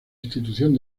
institución